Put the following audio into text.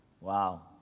Wow